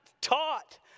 taught